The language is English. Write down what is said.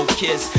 kiss